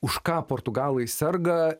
už ką portugalai serga